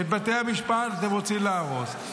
את בתי המשפט אתם רוצים להרוס,